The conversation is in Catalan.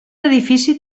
edifici